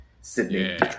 sydney